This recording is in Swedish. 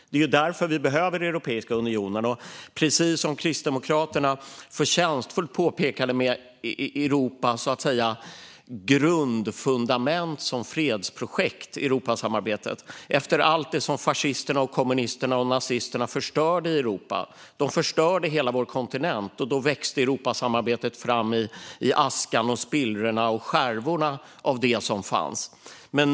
Det är därför vi behöver Europeiska unionen, och precis som Kristdemokraterna förtjänstfullt påpekade är Europasamarbetet i sitt grundfundament ett fredsprojekt efter allt det som fascisterna, kommunisterna och nazisterna förstörde i Europa. De förstörde hela vår kontinent, och Europasamarbetet växte fram i askan, spillrorna och skärvorna av det som fanns.